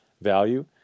value